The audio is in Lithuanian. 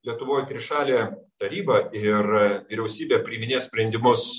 lietuvoj trišalė taryba ir vyriausybė priiminės sprendimus